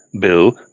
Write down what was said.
Bill